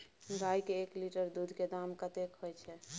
गाय के एक लीटर दूध के दाम कतेक होय छै?